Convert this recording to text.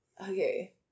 Okay